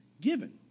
given